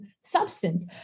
substance